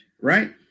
Right